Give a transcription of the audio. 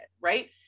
right